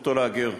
זכותו להגר.